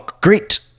great